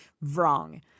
wrong